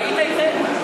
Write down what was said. ראית את זה?